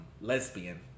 lesbian